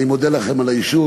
אני מודה לכם על האישור.